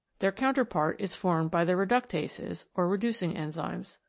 their counterpart is formed by the reductases, or reducing enzymes.